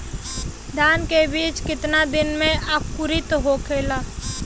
धान के बिज कितना दिन में अंकुरित होखेला?